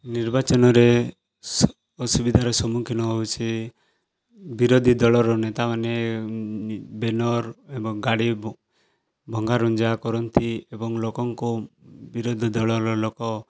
ନିର୍ବାଚନରେ ସ ଅସୁବିଧାର ସମ୍ମୁଖୀନ ହେଉଛି ବିରୋଧୀ ଦଳର ନେତାମାନେ ବ୍ୟାନର ଏବଂ ଗାଡ଼ି ଭଙ୍ଗାରୁଜା କରନ୍ତି ଏବଂ ଲୋକଙ୍କୁ ବିରୋଧୀ ଦଳର ଲୋକ